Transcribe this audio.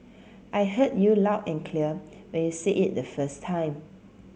I heard you loud and clear when you said it the first time